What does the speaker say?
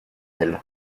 elle